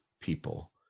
people